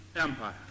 Empire